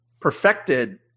perfected